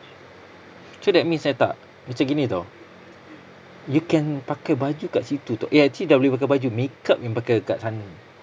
so that means I tak macam gini [tau] you can pakai baju kat situ [tau] eh actually dah boleh pakai baju makeup yang pakai kat sana